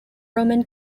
roman